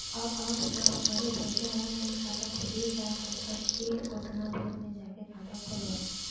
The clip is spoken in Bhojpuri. अब जब घरे बइठल ऑनलाइन खाता खुलिये जाता त के ओतना भीड़ में जाके खाता खोलवाइ